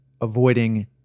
avoiding